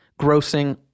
grossing